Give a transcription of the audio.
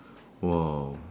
!wow!